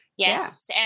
Yes